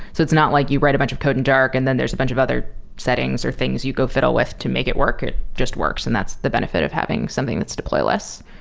so it's not like you write a bunch of code in dark and then there's a bunch of other settings or things you go fiddle with to make it work. it just works and that's the benefit of having something that's deployless.